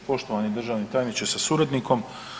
Poštovani državni tajniče sa suradnikom.